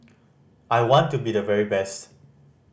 I want to be the very best